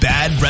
Bad